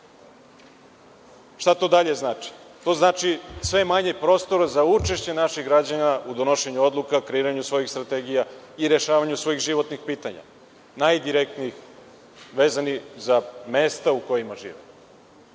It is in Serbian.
to dalje znači? To znači sve manje prostora za učešće naših građana u donošenju odluka, kreiranju svojih strategija i rešavanju svojih životnih pitanja, najdirektnije vezana za mesta u kojima žive.